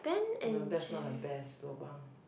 no that's not the best lobang